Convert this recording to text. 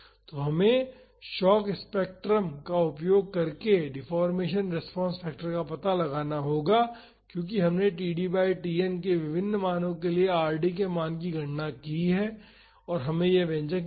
तो हमें shock spectrum का उपयोग करके डिफ़ॉर्मेशन रेस्पॉन्स फैक्टर का पता लगाना होगा क्योंकि हमने td बाई Tn के विभिन्न मानो के लिए Rd के मान की गणना की है हमें वह व्यंजक मिला है